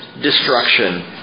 destruction